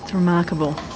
remarkable.